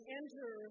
enter